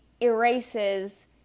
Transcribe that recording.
erases